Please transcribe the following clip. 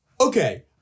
Okay